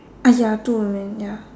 !aiya! two I mean ya